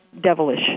devilish